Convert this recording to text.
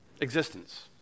existence